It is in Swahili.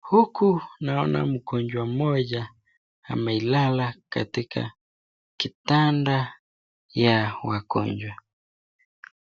Huku naona mgonjwa mmoja amelala katika kitanda ya wagonjwa